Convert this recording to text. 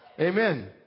Amen